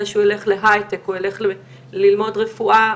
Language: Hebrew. שהוא ילך להייטק או ילך ללמוד רפואה,